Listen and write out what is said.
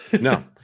no